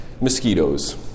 mosquitoes